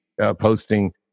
posting